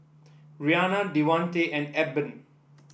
Rianna Devante and Eben